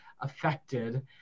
affected